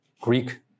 Greek